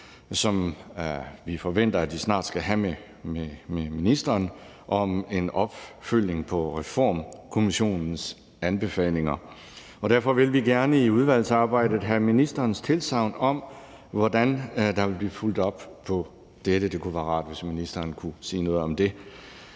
som vi forventer vi snart skal have med ministeren, om en opfølgning på Reformkommissionens anbefalinger. Derfor vil vi gerne i udvalgsarbejdet have ministerens tilsagn om, hvordan der vil blive fulgt op på dette. Det kunne være rart, hvis ministeren kunne sige noget om det.